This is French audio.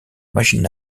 machine